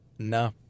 No